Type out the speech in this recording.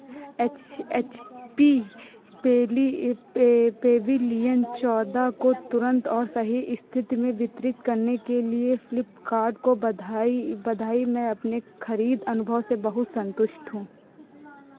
H H P पेबली pavilion चौदह को तुरन्त और सही स्थिति में वितरित करने के लिए फ्लिपकार्ट को बधाई बधाई मैं अपने खरीद अनुभव से बहुत सन्तुष्ट हूँ